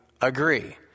agree